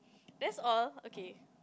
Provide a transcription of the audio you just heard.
that's all okay